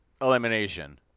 Elimination